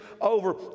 over